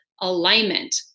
alignment